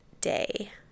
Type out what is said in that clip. day